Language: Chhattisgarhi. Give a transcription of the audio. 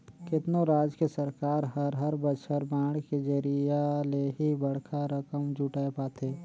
केतनो राज के सरकार हर हर बछर बांड के जरिया ले ही बड़खा रकम जुटाय पाथे